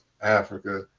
africa